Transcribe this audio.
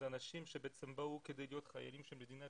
אלה אנשים שבאו כדי להיות חיילים של מדינת